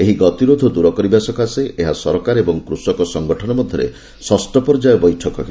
ଏହି ଗତିରୋଧ ଦୂର କରିବା ସକାଶେ ଏହା ସରକାର ଓ କୃଷକ ସଙ୍ଗଠନ ମଧ୍ୟରେ ଷଷ୍ଠ ପର୍ଯ୍ୟାୟ ବୈଠକ ହେବ